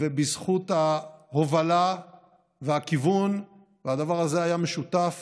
ובזכות ההובלה והכיוון, והדבר הזה היה משותף